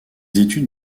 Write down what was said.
études